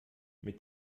mit